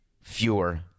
fewer